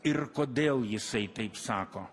ir kodėl jisai taip sako